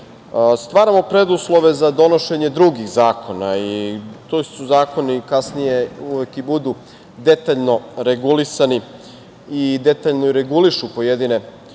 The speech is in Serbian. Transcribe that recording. stvaramo preduslove za donošenje drugih zakona i ti zakoni kasnije uvek i budu detaljno regulisani i detaljno regulišu pojedine oblasti